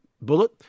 Bullet